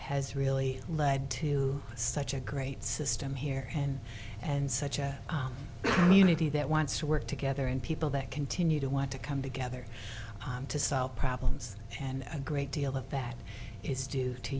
has really led to such a great system here and and such a unity that wants to work together in people that continue to want to come together to solve problems and a great deal of that is due to